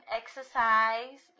exercise